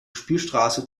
spielstraße